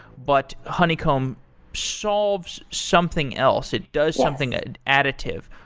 but honeycomb solves something else. it does something additive.